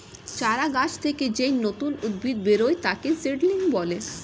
চারা গাছ থেকে যেই নতুন উদ্ভিদ বেরোয় তাকে সিডলিং বলে